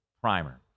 primer